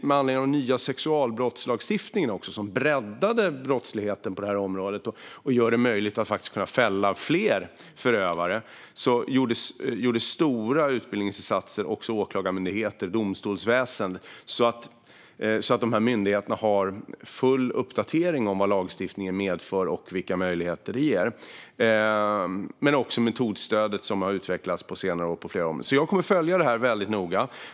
Med anledning av den nya sexualbrottslagstiftningen, som breddade brottsrubriceringarna på detta område och gjorde det möjligt att fälla fler förövare, gjordes stora utbildningsinsatser också när det gäller Åklagarmyndigheten och domstolsväsendet, så att dessa myndigheter är fullt uppdaterade i fråga om vad lagstiftningen medför och vilka möjligheter detta ger. Även metodstödet har utvecklats på flera områden på senare år. Jag kommer att följa detta väldigt noga.